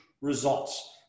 results